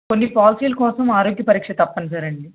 కొన్ని పాలసీల కోసం ఆరోగ్య పరీక్ష తప్పనిసరండి